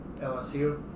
LSU